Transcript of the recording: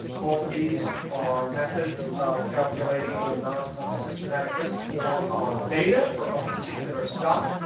both of these are methods of calculating the amount of systematic risk or our beta for a particular stock.